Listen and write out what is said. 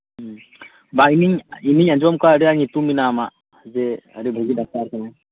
ᱦᱮᱸ ᱵᱟᱝ ᱤᱧᱤᱧ ᱤᱧᱤᱧ ᱟᱸᱡᱚᱢ ᱟᱠᱟᱫᱼᱟ ᱟᱹᱰᱤ ᱟᱸᱴ ᱧᱩᱛᱩᱢ ᱢᱮᱱᱟᱜᱼᱟ ᱟᱢᱟᱜ ᱡᱮ ᱟᱰᱤ ᱵᱷᱟᱜᱤ ᱰᱟᱠᱛᱟᱨ ᱠᱟᱱᱟᱭ